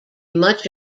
much